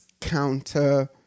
counter